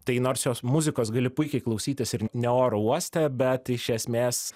tai nors jos muzikos gali puikiai klausytis ir ne oro uoste bet iš esmės